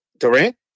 Durant